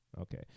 Okay